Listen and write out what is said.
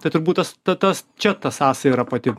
tai turbūt tas ta tas čia ta sąsaja yra pati